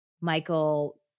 Michael